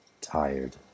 Tired